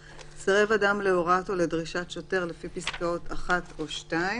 (4)סירב אדם להוראת או לדרישת שוטר לפי פסקאות (1) עד (2),